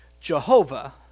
Jehovah